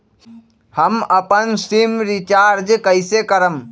हम अपन SIM recharge कइसे करम?